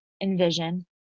envision